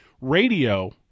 Radio